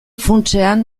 funtsean